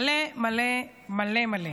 מלא מלא,